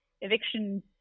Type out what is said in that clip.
eviction